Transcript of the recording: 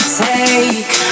take